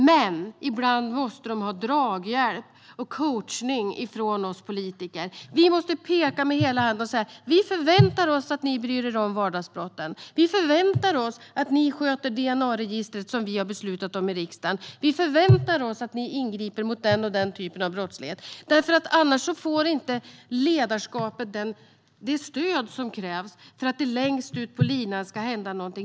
Men ibland måste de ha draghjälp och coachning från oss politiker. Vi måste peka med hela handen och säga: Vi förväntar oss att ni bryr er om vardagsbrotten. Vi förväntar oss att ni sköter DNA-registret som vi har beslutat om i riksdagen. Vi förväntar oss att ni ingriper mot den och den typen av brottslighet. Annars får ju inte ledarskapet det stöd som krävs för att det längst ut på linan ska hända något.